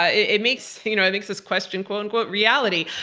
ah it makes you know it makes us question quote-unquote reality.